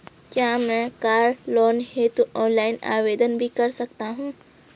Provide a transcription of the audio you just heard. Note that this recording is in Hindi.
क्या मैं कार लोन हेतु ऑनलाइन आवेदन भी कर सकता हूँ?